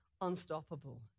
unstoppable